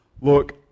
look